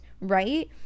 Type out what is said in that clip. right